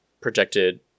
projected